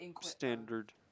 standard